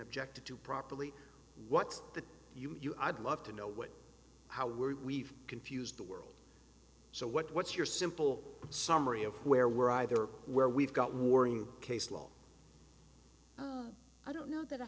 objected to properly what's the you i'd love to know with how we've confused the world so what's your simple summary of where we're either where we've got warring case law i don't know that i